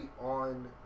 on